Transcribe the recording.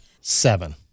Seven